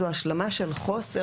זו השלמה של חוסר,